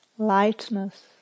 Lightness